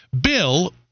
Bill